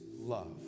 love